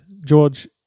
George